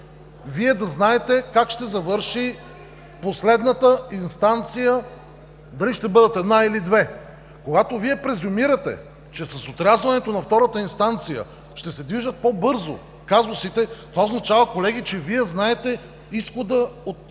Вие да знаете как ще завърши последната инстанция, дали ще бъдат една или две. Когато Вие презюмирате, че с отрязването на втората инстанция ще се движат по-бързо казусите, това означава, колеги, че Вие знаете изхода от